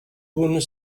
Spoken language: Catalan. punt